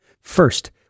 First